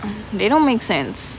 they don't make sense